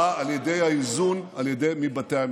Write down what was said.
בא על ידי האיזון מבתי המשפט.